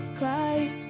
Christ